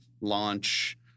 launch